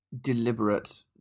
deliberate